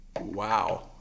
Wow